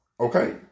Okay